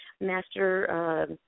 master